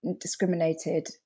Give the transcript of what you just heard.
discriminated